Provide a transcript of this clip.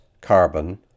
carbon